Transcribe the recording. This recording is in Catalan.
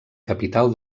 capital